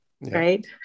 right